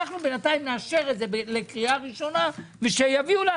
בינתיים אנחנו נאשר את זה לקריאה ראשונה והם יביאו לנו